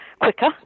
quicker